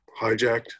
hijacked